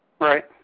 Right